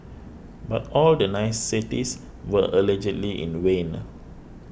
but all the niceties were allegedly in the vain